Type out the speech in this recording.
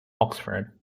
oxford